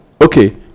Okay